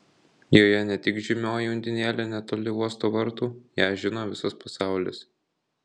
joje ne tik žymioji undinėlė netoli uosto vartų ją žino visas pasaulis